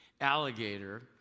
alligator